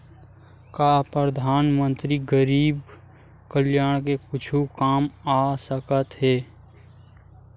का परधानमंतरी गरीब कल्याण के कुछु काम आ सकत हे